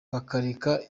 bakareka